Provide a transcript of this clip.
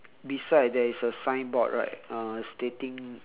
beside there is a signboard right uh stating